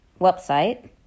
website